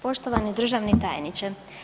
Poštovani državni tajniče.